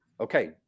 okay